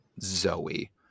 Zoe